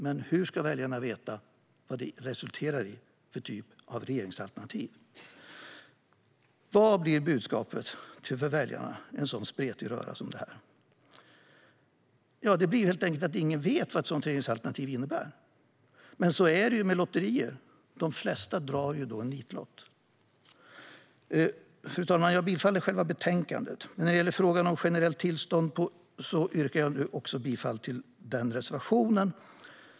Men hur ska väljarna veta vad det resulterar i för slags regeringsalternativ? Vad blir budskapet till väljarna med en spretig röra som detta? Det blir helt enkelt att ingen vet vad ett sådant regeringsalternativ innebär. Men så är det med lotterier - de flesta drar en nitlott. Fru talman! Jag yrkar bifall till förslaget i betänkandet. När det gäller frågan om generell tillståndsplikt yrkar jag bifall till den reservationen.